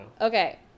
Okay